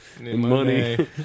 money